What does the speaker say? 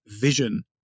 vision